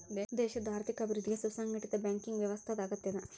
ದೇಶದ್ ಆರ್ಥಿಕ ಅಭಿವೃದ್ಧಿಗೆ ಸುಸಂಘಟಿತ ಬ್ಯಾಂಕಿಂಗ್ ವ್ಯವಸ್ಥಾದ್ ಅಗತ್ಯದ